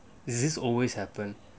is this always happen